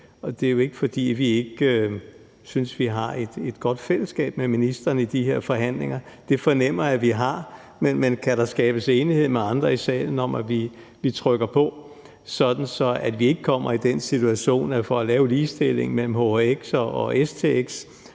Det er jo ikke, fordi vi ikke synes, at vi har et godt fællesskab med ministeren i de her forhandlinger – det fornemmer jeg at vi har – men kan der skabes enighed med andre i salen om, at vi presser på, sådan at vi ikke kommer i den situation, hvor vi for at lave ligestilling mellem hhx og stx